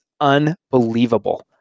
unbelievable